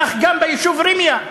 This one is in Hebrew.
כך גם ביישוב ראמיה,